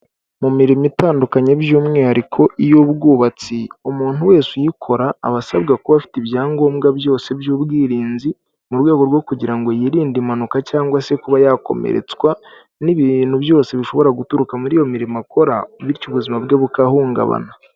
Mu mirimo itandukanye by'umwihariko iy'ubwubatsi, umuntu wese uyikora aba asabwa kuba afite ibyangombwa byose by'ubwirinzi, mu rwego rwo kugira ngo yirinde impanuka cyangwa se kuba yakomeretswa n'ibintu byose bishobora guturuka muri iyo mirimo akora bityo ubuzima bwe bugahungabana.